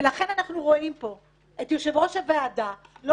ולכן אנחנו רואים פה את יושב-ראש הוועדה לא